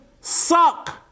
suck